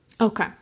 Okay